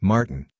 Martin